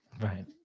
right